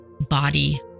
body